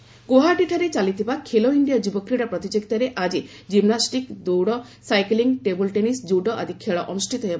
Khelo India ଗୁଆହାଟୀଠାରେ ଚାଲିଥିବା Khelo India ଯୁବକ୍ରୀଡ଼ା ପ୍ରତିଯୋଗିତାରେ ଆଜି ଜିମ୍ନାଷ୍ଟିକ୍ ଦୌଡ଼ ସାଇକେଲିଂ ଟେବୁଲ୍ ଟେନିସ୍ କୁଡ଼ୋ ଆଦି ଖେଳ ଅନୁଷ୍ଠିତ ହେବ